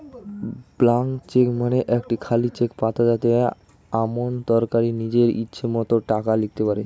blank cheque মানে একটি খালি চেক পাতা যাতে আমানতকারী নিজের ইচ্ছে মতো টাকা লিখতে পারে